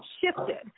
shifted